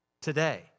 today